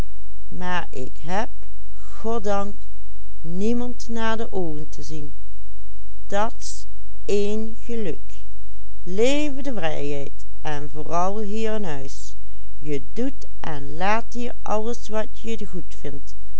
te zien dat's één geluk leve de vrijheid en vooral hier in huis je doet en laat hier alles wat je